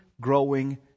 growing